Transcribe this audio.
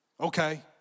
Okay